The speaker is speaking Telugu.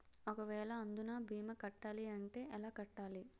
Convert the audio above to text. ఒక వేల అందునా భీమా కట్టాలి అంటే ఎలా కట్టాలి?